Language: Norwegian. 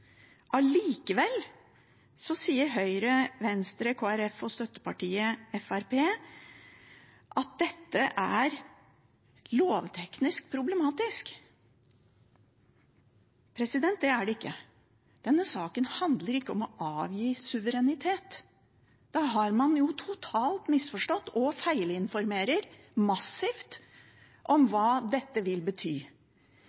Allikevel sier Høyre, Venstre, Kristelig Folkeparti og støttepartiet Fremskrittspartiet at dette er lovteknisk problematisk. Det er det ikke. Denne saken handler ikke om å avgi suverenitet. Da har man jo totalt misforstått og feilinformerer massivt om